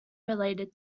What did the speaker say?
related